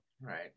right